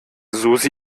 susi